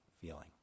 feeling